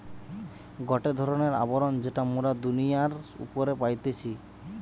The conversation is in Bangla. গটে ধরণের আবরণ যেটা মোরা দুনিয়ার উপরে পাইতেছি